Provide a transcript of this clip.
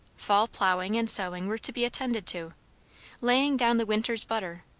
fall ploughing and sowing were to be attended to laying down the winter's butter,